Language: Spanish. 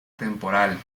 temporal